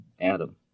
Adam